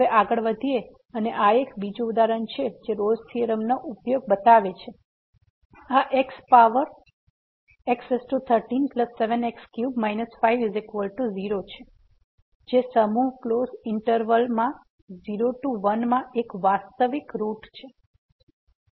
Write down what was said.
હવે આગળ વધીએ અને આ એક બીજું ઉદાહરણ છે જે રોલ્સRolle's ના થીયોરમનો ઉપયોગ બતાવે છે કે આ x પાવર x137x3 50 જે સમૂહ ક્લોઝ ઈંટરવલ માં 0 1 માં એક વાસ્તવિક રૂટ છે